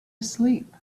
asleep